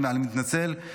אני מתנצל.